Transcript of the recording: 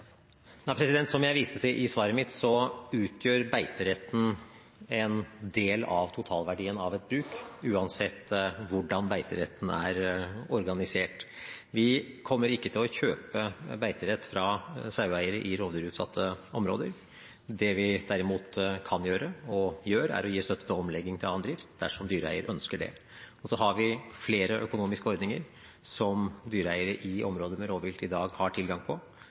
Som jeg viste til i svaret mitt, utgjør beiteretten en del av totalverdien av et bruk, uansett hvordan beiteretten er organisert. Vi kommer ikke til å kjøpe beiterett fra saueeiere i rovdyrutsatte områder. Det vi derimot kan gjøre, og gjør, er å gi støtte til omlegging til annen drift, dersom dyreeier ønsker det. Så har vi flere økonomiske ordninger som dyreeiere i områder med rovvilt i dag har tilgang på